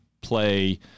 play